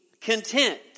content